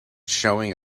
showing